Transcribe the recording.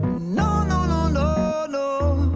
no no no no no